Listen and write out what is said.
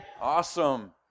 Awesome